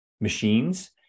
machines